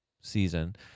season